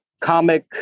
comic